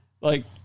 Like-